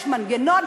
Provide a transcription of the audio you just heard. יש מנגנון,